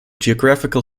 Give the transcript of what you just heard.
geographical